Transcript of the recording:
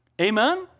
Amen